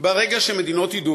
ברגע שמדינות ידעו,